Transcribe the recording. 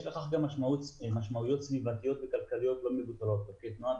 יש לכך גם משמעויות סביבתיות וכלכליות מבחינת פקקי תנועה,